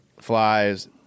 flies